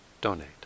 donate